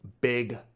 big